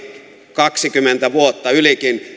kaksikymmentä vuotta ylikin